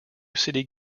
city